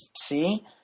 see